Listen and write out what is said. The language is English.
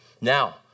Now